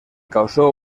causó